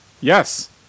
Yes